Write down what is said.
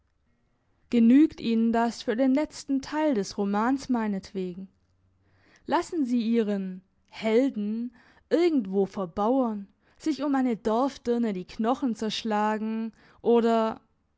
genügt ihnen das für den letzten teil des romans meinetwegen lassen sie ihren helden irgendwo verbauern sich um eine dorfdirne die knochen zerschlagen oder es